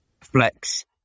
flex